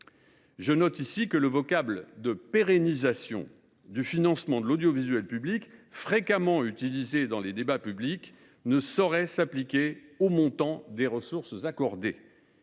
Je note ici que le vocable de « pérennisation » du financement de l’audiovisuel public, fréquemment utilisé dans le débat public, ne saurait s’appliquer au montant des ressources accordées.